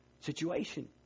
situation